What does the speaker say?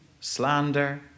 slander